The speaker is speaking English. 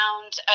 found